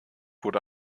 wurde